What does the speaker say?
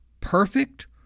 perfect